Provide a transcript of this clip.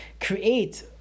create